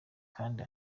kandi